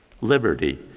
liberty